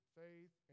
faith